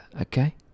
okay